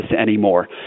anymore